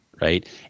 right